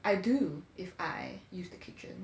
I do if I use the kitchen